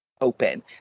open